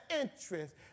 interest